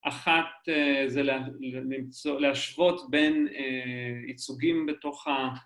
אחת זה להשוות בין ייצוגים בתוך ה...